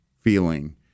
feeling